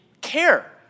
care